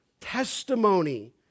testimony